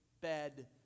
bed